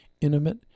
intimate